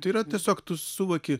tai yra tiesiog tu suvoki